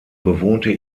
bewohnte